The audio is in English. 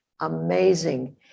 amazing